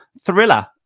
Thriller